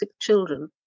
children